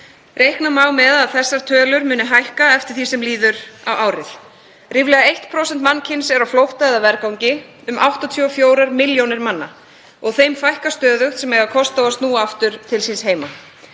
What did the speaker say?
Reikna má með að þessar tölur muni hækka eftir því sem líður á árið. Ríflega 1% mannkyns er á flótta eða vergangi, um 84 milljónir manna, og þeim fækkar stöðugt sem eiga kost á að snúa aftur til síns heima.